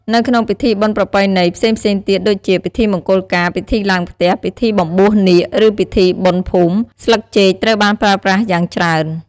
នៅក្នុង ពិធីបុណ្យប្រពៃណី ផ្សេងៗទៀតដូចជា ពិធីមង្គលការ ពិធីឡើងផ្ទះ ពិធីបំបួសនាគ ឬពិធីបុណ្យភូមិ ស្លឹកចេកត្រូវបានប្រើប្រាស់យ៉ាងច្រើន។